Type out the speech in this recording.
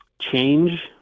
Change